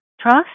trust